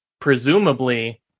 Presumably